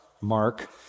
Mark